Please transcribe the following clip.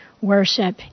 Worship